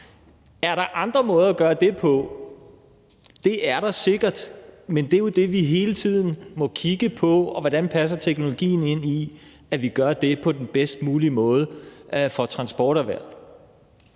Er der andre måder at gøre det på? Det er der sikkert, men det er jo det, vi hele tiden må kigge på, altså hvordan teknologien passer ind, i forhold til hvordan vi gør det på den bedst mulige måde for transporterhvervet.